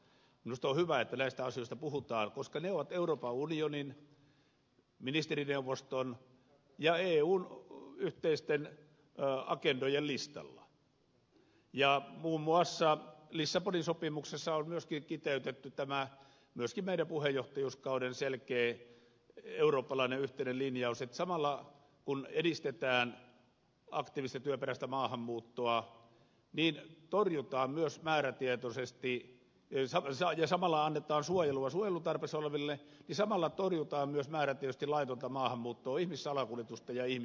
minusta on hyvä että näistä asioista puhutaan koska ne ovat euroopan unionin ministerineuvoston ja eun yhteisten agendojen listalla ja muun muassa lissabonin sopimuksessa on myöskin kiteytetty tämä myöskin meidän puheenjohtajuuskautemme selkeä eurooppalainen yhteinen linjaus että samalla kun edistetään aktiivista työperäistä maahanmuuttoa viiden torjutaan myös määrätietoisesti hesarissa ja annetaan suojelua suojelun tarpeessa oleville niin samalla torjutaan myös määrätietoisesti laitonta maahanmuuttoa ihmissalakuljetusta ja ihmiskauppaa